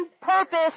purpose